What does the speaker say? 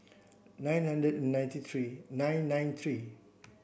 nine nine the ninety three nine nine three